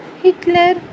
Hitler